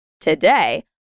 today